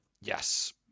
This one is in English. Yes